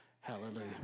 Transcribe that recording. Hallelujah